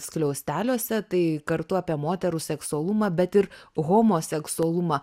skliausteliuose tai kartu apie moterų seksualumą bet ir homoseksualumą